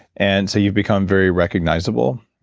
and so you've become very recognizable.